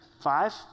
Five